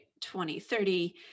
2030